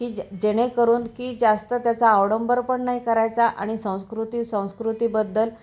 की ज जेणेकरून की जास्त त्याचा आवडंबर पण नाही करायचा आणि संस्कृती संस्कृतीबद्दल